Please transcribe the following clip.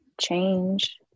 change